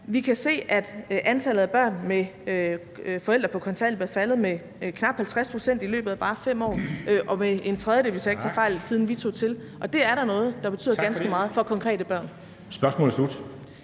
Vi kan se, at antallet af børn med forældre på kontanthjælp er faldet med knap 50 pct. i løbet af bare 5 år, og med en tredjedel, hvis jeg ikke tager fejl, siden vi kom til. Det er da noget, der betyder ganske meget for konkrete børn. Kl.